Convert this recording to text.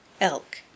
Elk